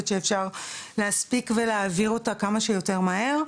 שאפשר להספיק ולנסות להעביר אותה כמה שיותר מהר.